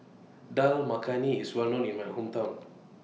Dal Makhani IS Well known in My Hometown